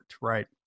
right